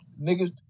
niggas